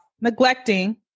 neglecting